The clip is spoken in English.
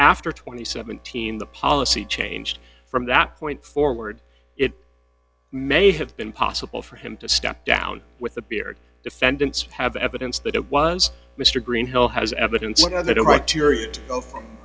and seventeen the policy changed from that point forward it may have been possible for him to step down with the beard defendants have evidence that it was mr greenhill has evidence